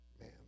Man